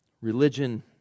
Religion